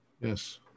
Yes